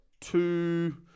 two